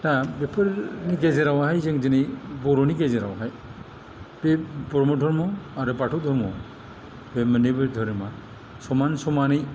दा बेफोरनि गेजेरावहाय जों दिनै बर'नि गेजेरावहाय बे ब्रह्म धर्म आरो बाथौ धर्म बे मोननैबो धोरोमा समान समानै